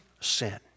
sin